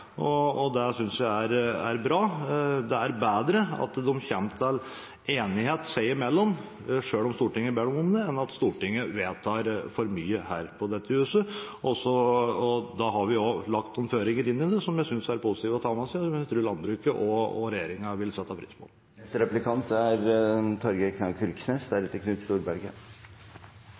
og det synes jeg er bra. Det er bedre at de kommer fram til enighet seg imellom, selv om Stortinget ber dem om det, enn at Stortinget vedtar for mye her på huset. Da har vi lagt noen føringer inn i det som jeg synes er positivt, og som jeg tror landbruket og regjeringen vil sette pris på.